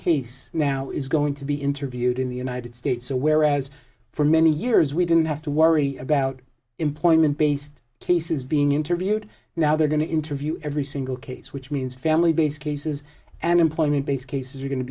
case now is going to be interviewed in the united states so whereas for many years we didn't have to worry about employment based cases being interviewed now they're going to interview every single case which means family based cases and employment based cases are going to